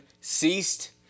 ceased